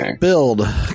Build